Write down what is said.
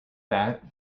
that